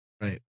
Right